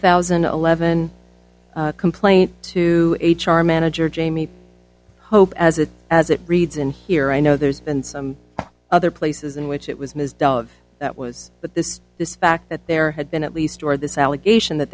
thousand and eleven complaint to h r manager jamie hope as it as it reads in here i know there's been some other places in which it was ms dollars that was but this this fact that there had been at least or this allegation that